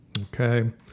Okay